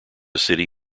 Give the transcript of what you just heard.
city